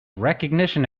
recognition